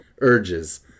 urges